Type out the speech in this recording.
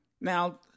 Now